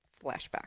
flashback